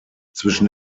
zwischen